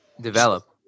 Develop